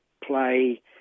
play